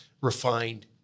refined